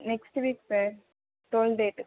next week sir twelve date